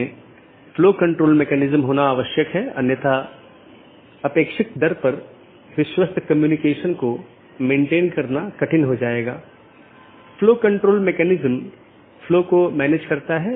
और अगर आप फिर से याद करें कि हमने ऑटॉनमस सिस्टम फिर से अलग अलग क्षेत्र में विभाजित है तो उन क्षेत्रों में से एक क्षेत्र या क्षेत्र 0 बैकबोन क्षेत्र है